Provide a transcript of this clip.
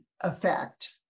effect